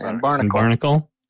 Barnacle